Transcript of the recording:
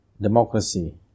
democracy